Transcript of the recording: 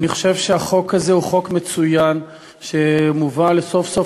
אני חושב שהחוק הזה שמובא סוף-סוף